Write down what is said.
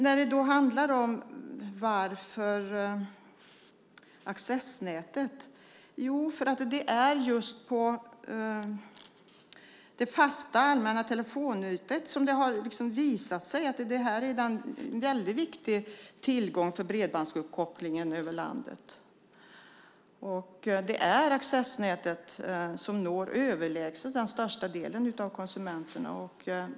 När det handlar om accessnätet är det just det fasta allmänna telefonnätet som har visat sig vara en väldig tillgång för bredbandsuppkopplingen över landet. Det är accessnätet som når den överlägset största delen av konsumenterna.